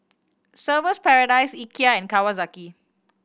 Surfer's Paradise Ikea and Kawasaki